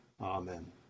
Amen